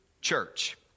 church